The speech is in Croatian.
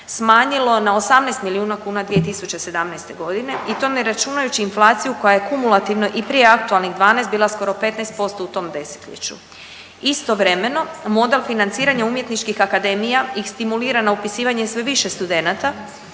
smanjilo na 18 milijuna kuna 2017. godine i to ne računajući inflaciju koja je kumulativno i prije aktualnih 12 bila skoro 15% u tom desetljeću. Istovremeno model financiranja umjetničkih akademija ih stimulira na upisivanje sve više studenata